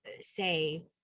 say